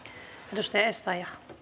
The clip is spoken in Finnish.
arvoisa rouva